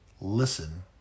listen